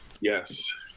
Yes